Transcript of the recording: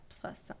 plus